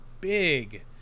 big